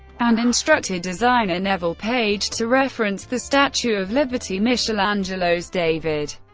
and instructed designer neville page to reference the statue of liberty, michelangelo's david,